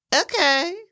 okay